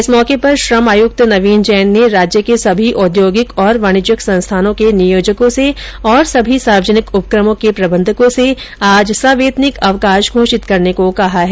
इस मौके पर श्रम आयुक्त नवीन जैन ने राज्य के सभी औद्योगिक और वाणिज्यिक संस्थानो के नियोजको से तथा सभी सार्वजनिक उपक्रमो के प्रबन्धकों से आज सवैतनिक अवकाश घोषित करने को कहा है